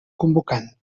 convocant